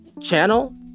channel